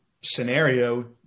scenario